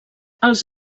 els